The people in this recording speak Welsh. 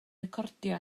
recordio